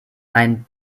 ein